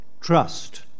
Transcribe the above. trust